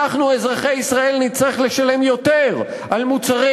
אנחנו, אזרחי ישראל, נצטרך לשלם יותר על מוצרים,